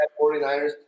49ers